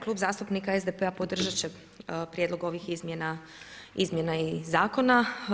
Klub zastupnika SDP-a podržat će prijedlog ovih izmjena zakona.